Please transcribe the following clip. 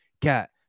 cat